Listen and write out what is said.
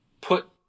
put